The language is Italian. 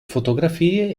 fotografie